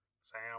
Sam